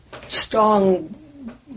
strong